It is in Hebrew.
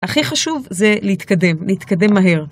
הכי חשוב זה להתקדם, להתקדם מהר.